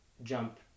Jump